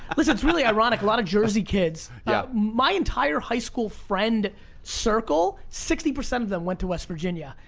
listen, it's really ironic, a lot of jersey kids, yeah my entire high school friend circle, sixty percent of them went to west virginia,